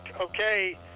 Okay